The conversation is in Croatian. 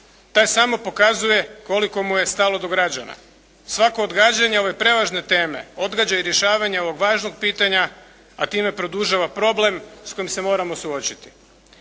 taj samo pokazuje koliko mu je stalno do građana. Svako odgađanje ove prevažne teme odgađa i rješavanje ovog važnog pitanja, a time produžava problem s kojim se moramo suočiti.